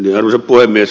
arvoisa puhemies